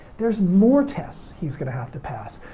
there's more test's he's going to have to pass.